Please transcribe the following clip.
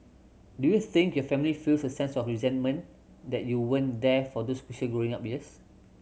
do you think your family feels a sense of resentment that you weren't there for those crucial growing up years